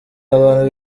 abantu